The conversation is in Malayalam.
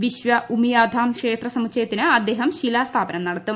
വിശ്വ ഉമിയാധാം ക്ഷേത്ര സമുച്ചയത്തിന് അദ്ദേഹം ശിലാസ്ഥാപനം നടത്തും